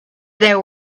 there